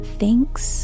thinks